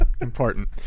important